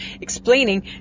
explaining